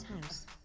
house